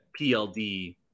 PLD